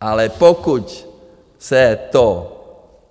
Ale pokud se to